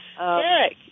Eric